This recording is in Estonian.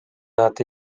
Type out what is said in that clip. nad